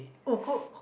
oh coke